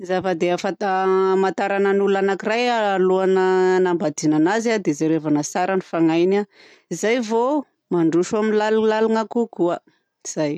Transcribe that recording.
Ny zava de afanta- amantarana ny olona anankiray alohan'ny hanambadiana anazy a dia jerevana tsara ny fagnahiny a, izay vao mandroso amin'ny lalindalina kokoa. Zay.